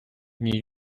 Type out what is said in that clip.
ній